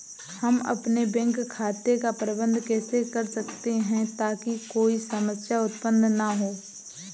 हम अपने बैंक खाते का प्रबंधन कैसे कर सकते हैं ताकि कोई समस्या उत्पन्न न हो?